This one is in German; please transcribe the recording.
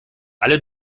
alle